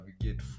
navigate